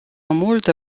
multe